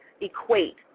equate